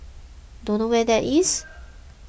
don't know where that is